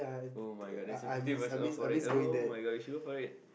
[oh]-my-god there's a fifty percent off for it [oh]-my-god we should go for it